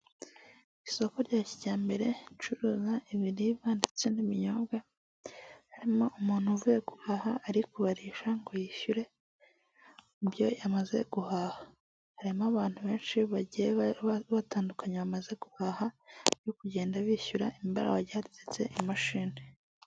Isoko rya kijyambere ricuruza ibiribwa ndetse n'ibinyobwa harimo umuntu uvuye guhaha ari kubarisha ngo yishyure mu byo yamaze guhaha harimo abantu benshi batandukanye bamaze guhaha no kugenda bishyura imbere yabo hagiye harambitse imashini.